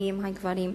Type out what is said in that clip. הביטחוניים הגברים.